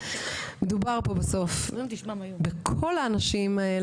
יש פה למעלה מ-90 מהלכים.